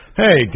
hey